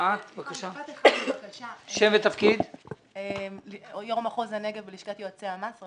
יושבת ראש מחוז הנגב, לשכת יועצי המס.